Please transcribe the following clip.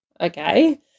Okay